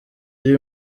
iri